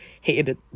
hated